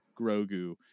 Grogu